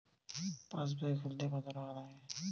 পাশবই খুলতে কতো টাকা লাগে?